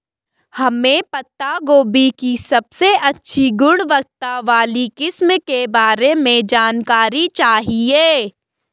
हमें पत्ता गोभी की सबसे अच्छी गुणवत्ता वाली किस्म के बारे में जानकारी चाहिए?